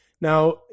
Now